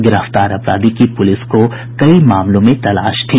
गिरफ्तार अपराधी की पुलिस को कई मामलों में तलाश थी